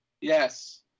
Yes